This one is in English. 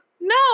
no